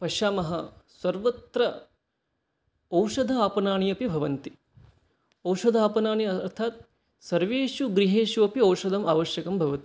पश्यामः सर्वत्र औषधापणाः अपि भवन्ति औषधापणाः अर्थात् सर्वेषु गृहेषु अपि औषधम् आवश्यकं भवति